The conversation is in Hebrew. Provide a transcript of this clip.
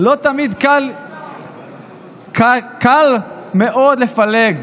קל מאוד לפלג.